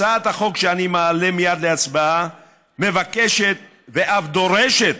הצעת החוק שאני מעלה מייד להצבעה מבקשת ואף דורשת